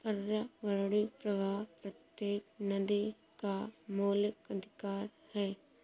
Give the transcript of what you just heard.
पर्यावरणीय प्रवाह प्रत्येक नदी का मौलिक अधिकार है